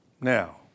Now